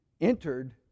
entered